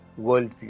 worldview